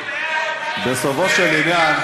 בסופו של עניין,